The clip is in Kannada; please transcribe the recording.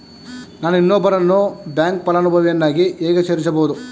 ನಾನು ಇನ್ನೊಬ್ಬರನ್ನು ಬ್ಯಾಂಕ್ ಫಲಾನುಭವಿಯನ್ನಾಗಿ ಹೇಗೆ ಸೇರಿಸಬಹುದು?